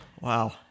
Wow